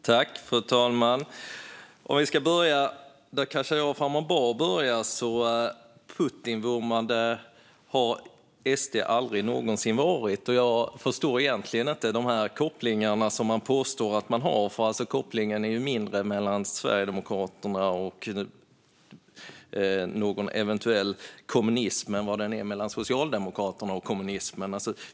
Fru talman! Jag börjar där Khashayar Farmanbar började. SD har aldrig någonsin varit Putinvurmare, och jag förstår egentligen inte att man påstår att det finns kopplingar. Kopplingen är ju svagare mellan Sverigedemokraterna och någon eventuell kommunism än vad den är mellan Socialdemokraterna och kommunismen.